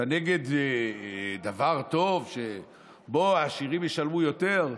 אתה נגד דבר טוב שבו העשירים ישלמו יותר?